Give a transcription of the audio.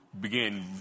begin